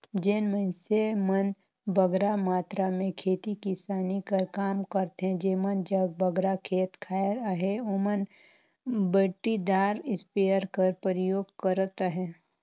जेन मइनसे मन बगरा मातरा में खेती किसानी कर काम करथे जेमन जग बगरा खेत खाएर अहे ओमन बइटरीदार इस्पेयर कर परयोग करत अहें